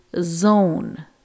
zone